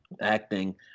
acting